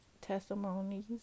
testimonies